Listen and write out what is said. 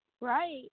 Right